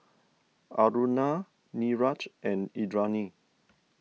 Aruna Niraj and Indranee